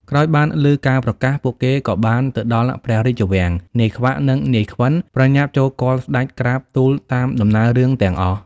ក្រោយបានឮការប្រកាស ពួកគេក៏បានទៅដល់ព្រះរាជវាំង នាយខ្វាក់ និង នាយខ្វិន ប្រញាប់ចូលគាល់ស្តេចក្រាបទូលតាមដំណើររឿងទាំងអស់។